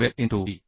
square into E